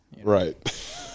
Right